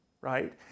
right